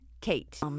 Kate